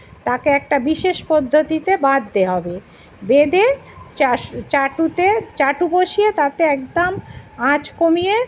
তাকে একটা বিশেষ পদ্ধতিতে বাঁধতে হবে বেঁধে চাষ চাটুতে চাটু বসিয়ে তাতে একদম আঁচ কমিয়ে